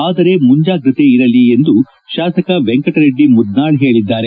ಆದರೆ ಮುಂಜಾಗ್ರತೆ ಇರಲಿ ಎಂದು ಶಾಸಕ ವೆಂಕಟರೆಡ್ಡಿ ಮುದ್ನಾಳ್ ಹೇಳಿದ್ದಾರೆ